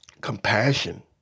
compassion